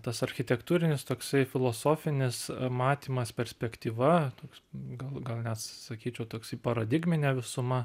tas architektūrinis toksai filosofinis matymas perspektyva toks gal gal net sakyčiau toksai paradigminė visuma